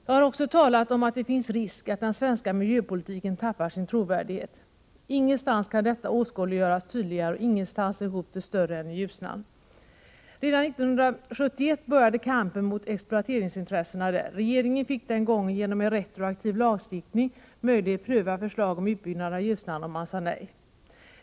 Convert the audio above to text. Jag har också talat om att det finns risk att den svenska miljöpolitiken tappar sin trovärdighet. Ingenstans kan detta åskådliggöras tydligare, och ingenstans är hotet större än i Mellanljusnan. Redan 1971 började kampen mot exploateringsintressena där. Regeringen fick den gången genom en retroaktiv lagstiftning möjlighet att pröva förslag om utbyggnad av Ljusnan, och man sade nej.